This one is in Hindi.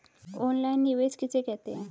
ऑनलाइन निवेश किसे कहते हैं?